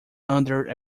under